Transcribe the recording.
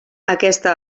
aquesta